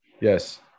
Yes